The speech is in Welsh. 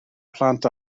plant